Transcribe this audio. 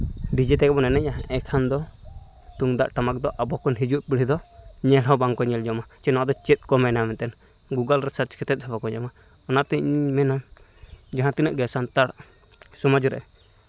DJ ᱛᱮᱜᱮ ᱵᱚᱱ ᱮᱱᱮᱡᱼᱟ ᱮᱱᱠᱷᱟᱱ ᱫᱚ ᱛᱩᱢᱫᱟᱹᱜ ᱴᱟᱢᱟᱠ ᱫᱚ ᱟᱵᱚ ᱠᱷᱚᱱ ᱦᱤᱡᱩᱜ ᱯᱤᱲᱦᱤ ᱫᱚ ᱧᱮᱞ ᱦᱚᱸ ᱵᱟᱠᱚ ᱧᱮᱞ ᱧᱟᱢᱟ ᱱᱚᱣᱟ ᱫᱚ ᱪᱮᱫ ᱠᱚ ᱢᱮᱱᱟ ᱢᱮᱱᱛᱮ ᱜᱩᱜᱚᱞ ᱨᱮ ᱥᱟᱨᱪ ᱠᱟᱛᱮ ᱦᱚᱸ ᱵᱟᱠᱚ ᱧᱟᱢᱟ ᱚᱱᱟᱛᱮ ᱤᱧ ᱢᱮᱱᱟ ᱡᱟᱦᱟᱸ ᱛᱤᱱᱟᱹᱜ ᱜᱮ ᱥᱟᱱᱛᱟᱲ ᱥᱚᱢᱟᱡᱽ ᱨᱮ